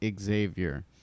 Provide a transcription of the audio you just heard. Xavier